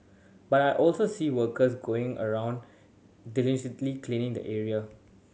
but I also see workers going around diligently cleaning the area